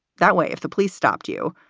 that way, if the police stopped you.